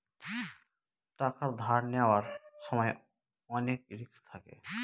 টাকা ধার নেওয়ার সময় অনেক রিস্ক থাকে